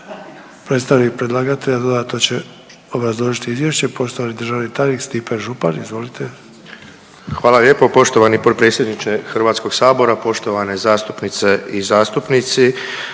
gospodine potpredsjedniče Hrvatskog sabora, cijenjene zastupnice i zastupnici,